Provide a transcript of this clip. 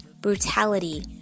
brutality